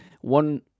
one